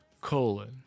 Colon